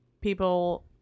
people